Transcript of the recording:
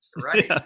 Right